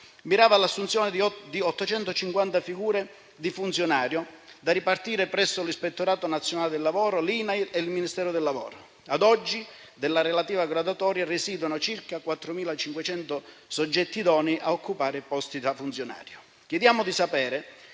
mirava all'assunzione di 850 figure di funzionario da ripartire presso l'Ispettorato nazionale del lavoro, l'INAIL e il Ministero del lavoro e delle politiche sociali. Ad oggi, della relativa graduatoria residuano circa 4.500 soggetti idonei a occupare posti da funzionario. Chiediamo di sapere